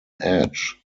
edge